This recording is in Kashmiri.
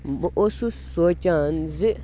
بہٕ اوسُس سونٛچان زِ